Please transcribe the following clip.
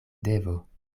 devo